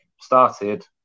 started